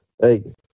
Hey